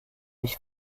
mich